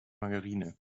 margarine